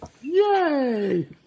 Yay